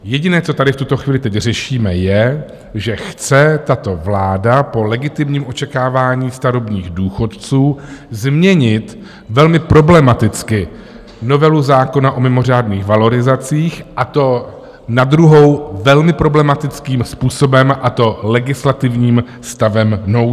Jediné, co tady v tuto chvíli teď řešíme, je, že chce tato vláda po legitimním očekávání starobních důchodců změnit velmi problematicky novelu zákona o mimořádných valorizacích, a to na druhou velmi problematickým způsobem, a to legislativním stavem nouze.